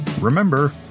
Remember